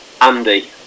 Andy